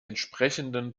entsprechenden